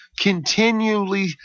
Continually